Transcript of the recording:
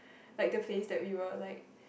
like the face that we were like